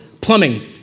plumbing